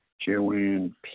Joanne